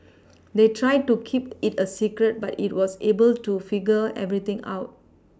they tried to keep it a secret but it was able to figure everything out